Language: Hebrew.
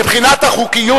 מבחינת החוקיות,